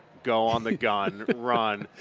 go on the gun, run.